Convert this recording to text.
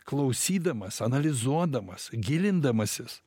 klausydamas analizuodamas gilindamasis